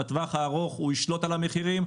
אבל בטווח הארוך הוא ישלוט על המחירים,